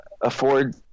afford